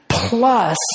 Plus